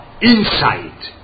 inside